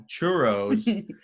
churros